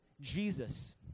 Jesus